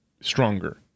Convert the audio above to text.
Stronger